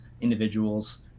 individuals